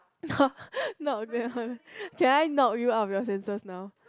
knoc~ knock that one can I knock you out of your senses now